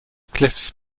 cliffs